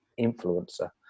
influencer